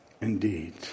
indeed